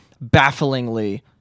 Bafflingly